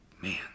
man